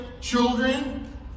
children